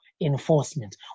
enforcement